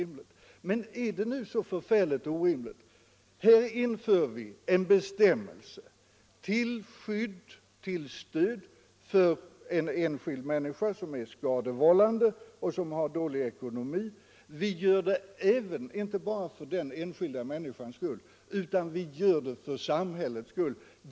Men är det så förfärligt orimligt? Vi vill införa en bestämmelse till skydd och stöd för en enskild människa som är skadevållande och som har dålig ekonomi, inte bara för den enskilda människans skull utan även för samhällets.